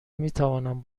میتوانم